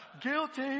guilty